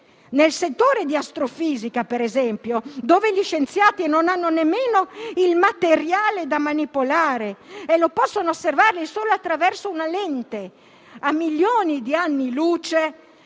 Nel settore di astrofisica - per esempio - nel cui ambito gli scienziati non hanno nemmeno il materiale da manipolare e possono osservare solo attraverso una lente, a milioni di anni luce,